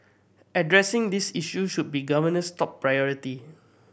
addressing this issue should be the government's top priority